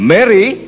Mary